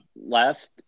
last